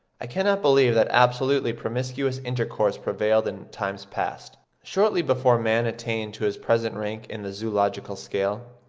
i cannot believe that absolutely promiscuous intercourse prevailed in times past, shortly before man attained to his present rank in the zoological scale.